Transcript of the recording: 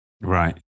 Right